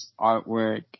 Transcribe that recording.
artwork